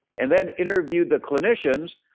and then, interviewed the clinicians,